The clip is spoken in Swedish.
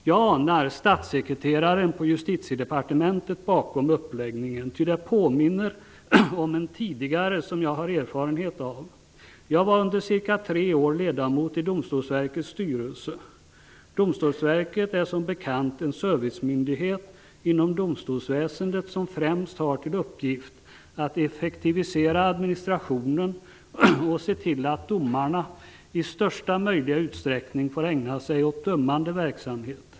Jag anar statssekreteraren på Justitiedepartementet bakom uppläggningen, ty det påminner om en tidigare fråga som jag har erfarenhet av. Jag var under cirka tre år ledamot av Domstolsverkets styrelse. Domstolsverket är som bekant en servicemyndighet inom domstolsväsendet som främst har till uppgift att effektivisera administrationen och se till att domarna i största möjliga utsträckning får ägna sig åt dömande verksamhet.